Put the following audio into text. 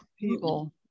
people